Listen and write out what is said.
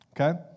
okay